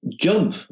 job